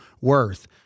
worth